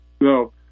No